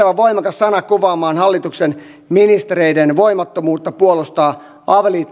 sana kuvaamaan hallituksen ministereiden voimattomuutta puolustaa